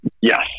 Yes